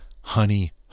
Honey